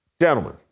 Gentlemen